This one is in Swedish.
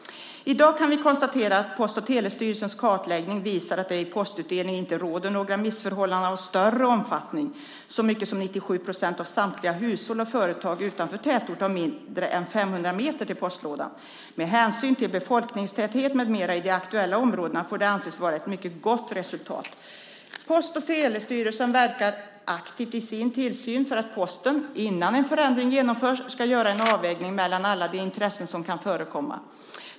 I dag kan vi konstatera att Post och telestyrelsens kartläggning visar att det i postutdelningen inte råder några missförhållanden av större omfattning. Så mycket som 97 % av samtliga hushåll och företag utanför tätort har mindre än 500 meter till postlådan. Med hänsyn till befolkningstäthet med mera i de aktuella områdena får det anses vara ett mycket gott resultat. Post och telestyrelsen verkar aktivt i sin tillsyn för att Posten, innan en förändring genomförs, ska göra en avvägning mellan alla de intressen som kan förekomma.